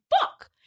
Fuck